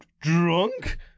Drunk